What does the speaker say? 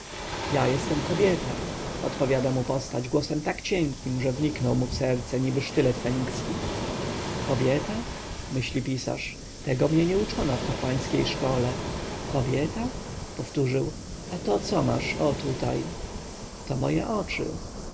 ja jestem kobieta odpowiada mu postać głosem tak cienkim że wniknął mu w serce niby sztylet fenicki kobieta myśli pisarz tego mnie nie uczono w kapłańskiej szkole kobieta powtórzył a to co masz o tutaj to moje oczy